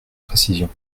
précisions